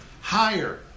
higher